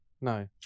No